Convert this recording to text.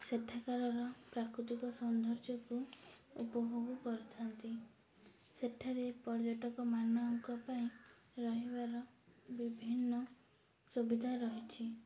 ସେଠାକାରର ପ୍ରାକୃତିକ ସୌନ୍ଦର୍ଯ୍ୟକୁ ଉପଭୋଗ କରିଥାନ୍ତି ସେଠାରେ ପର୍ଯ୍ୟଟକମାନଙ୍କ ପାଇଁ ରହିବାର ବିଭିନ୍ନ ସୁବିଧା ରହିଛି